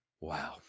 Wow